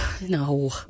No